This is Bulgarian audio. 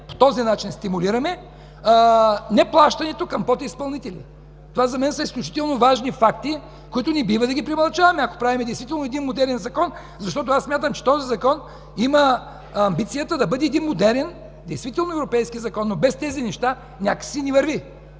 по този начин неплащането към подизпълнители. Това за мен са изключително важни факти, които не бива да ги премълчаваме, ако правим модерен закон. Смятам, че този Закон има амбицията да бъде един модерен, действително европейски закон, но без тези неща някак си не върви.